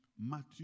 Matthew